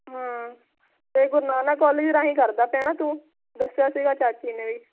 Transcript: ਹੁੰ ਤਾਂ ਗੁਰੂ ਨਾਨਕ ਕਾਲਜ ਰਾਹੀਂ ਕਰਦਾ ਪਿਆ ਨਾ ਤੂੰ ਦੱਸਿਆ ਸੀਗਾ ਚਾਚੀ ਨੇ ਵੀ